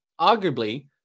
arguably